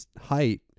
height